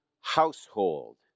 household